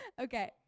Okay